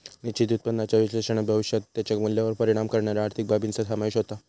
निश्चित उत्पन्नाच्या विश्लेषणात भविष्यात त्याच्या मूल्यावर परिणाम करणाऱ्यो आर्थिक बाबींचो समावेश होता